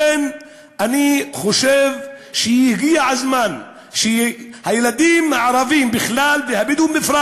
אני חושב שהגיע הזמן שהילדים הערבים בכלל והבדואים בפרט